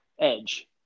Edge